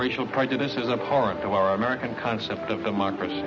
racial prejudice is a part of our american concept of democracy